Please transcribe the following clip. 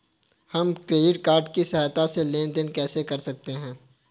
हम credit card की सहायता से लेन देन कैसे कर सकते हैं?